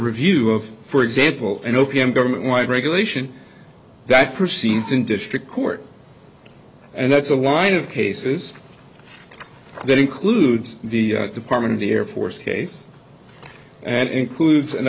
review of for example an opium government wide regulation that proceeds in district court and that's a line of cases that includes the department of the air force case and includes and